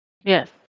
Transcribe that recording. Yes